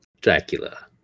Dracula